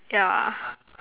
yeah